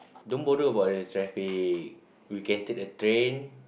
don't bother about the traffic we can take the train